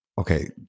okay